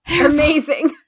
amazing